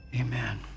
Amen